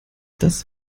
das